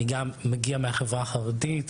אני גם מגיע מהחברה החרדית,